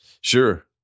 Sure